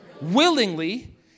Willingly